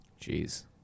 Jeez